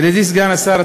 ידידי סגן השר,